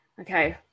okay